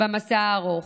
במסע הארוך.